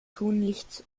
tunlichst